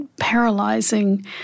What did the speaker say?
paralyzing